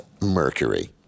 mercury